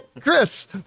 Chris